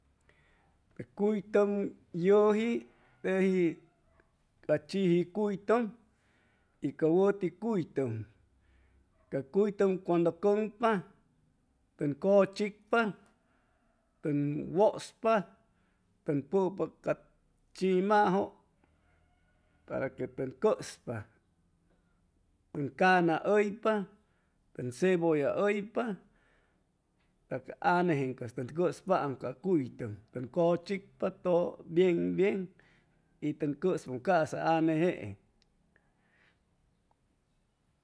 Cuytʉm yʉji teji ca chiji cuytʉm y ca wʉti cuytʉm ca cuytʉm cuando cʉŋpa ʉn cʉchicpa tʉn wʉspa tʉn pʉpa ca chimajʉ para que tʉn cʉspa tʉn caana hʉypa ʉn cebolla hʉypa a ca anejeeŋ cas tʉn cʉspaam ca cuytʉm tʉn cʉchicpa todo bien bien y tʉn cʉspaam ca'sa ane jeeŋ